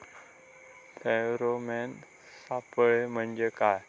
Pheromone सापळे म्हंजे काय?